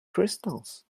crystals